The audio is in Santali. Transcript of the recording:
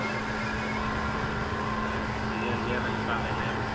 ᱛᱚᱵᱮ ᱧᱮᱞ ᱧᱮᱞ ᱟᱹᱜᱩ ᱠᱟᱜᱼᱟ ᱞᱮ ᱧᱮᱞ